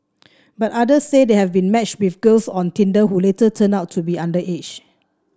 but others say they have been matched with girls on Tinder who later turned out to be underage